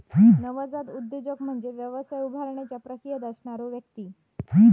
नवजात उद्योजक म्हणजे व्यवसाय उभारण्याच्या प्रक्रियेत असणारो व्यक्ती